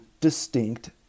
distinct